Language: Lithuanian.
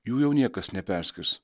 jų jau niekas neperskirs